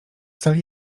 sali